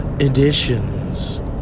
Editions